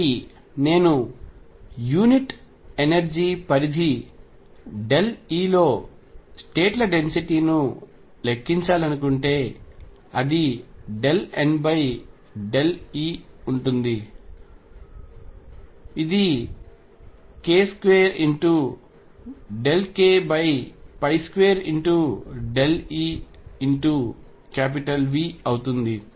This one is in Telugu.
కాబట్టి నేను యూనిట్ ఎనర్జీ పరిధి E లో స్టేట్ ల డెన్సిటీ ను లెక్కించాలనుకుంటే అది NE ఉంటుంది ఇదిk2k2E×Vఅవుతుంది